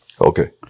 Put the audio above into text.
okay